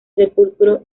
sepulcro